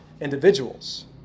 individuals